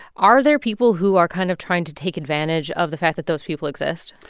are there people who are kind of trying to take advantage of the fact that those people exist?